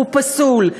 הוא פסול.